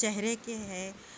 چہرے کے ہے